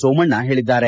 ಸೋಮಣ್ಣ ಹೇಳಿದ್ದಾರೆ